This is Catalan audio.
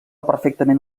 perfectament